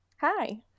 Hi